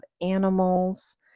animals